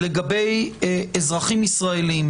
לגבי אזרחים ישראלים,